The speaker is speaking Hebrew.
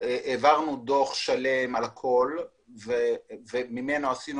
העברנו דו"ח שלם על הכול וממנו עשינו